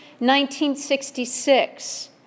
1966